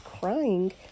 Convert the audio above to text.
crying